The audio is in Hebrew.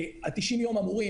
ה-90 יום אמורים,